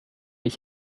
ich